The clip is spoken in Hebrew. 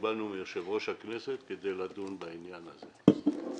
מאת יושב-ראש הכנסת על מנת לדון בעניין הנזכר.